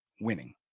winning